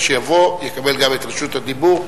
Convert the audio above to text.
כשיבוא, יקבל גם את רשות הדיבור.